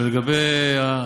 ולגבי,